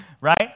right